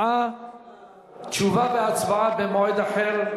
תשובה והצבעה במועד אחר,